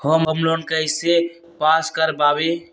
Home loan कैसे pass कर बाबई?